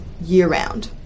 year-round